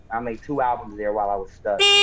i made two albums there while i was stuck.